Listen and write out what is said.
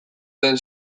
den